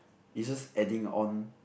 it's just adding on